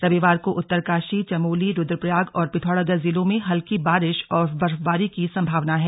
रविवार को उत्तरकाशी चमोली रुद्रप्रयाग और पिथौरागढ़ जिलों में हल्की बारिश और बर्फबारी की संभावना है